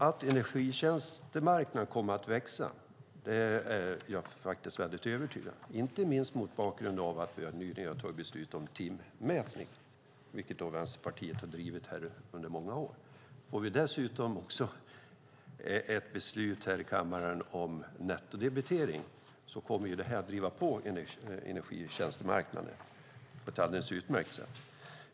Att energitjänstemarknaden kommer att växa är jag övertygad om, inte minst mot bakgrund av att vi nyligen har tagit beslut om timmätning. Det är en fråga Vänsterpartiet har drivit under många år. Får vi dessutom ett beslut i kammaren om nettodebitering kommer det att driva på energitjänstemarknaden på ett alldeles utmärkt sätt.